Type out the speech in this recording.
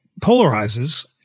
polarizes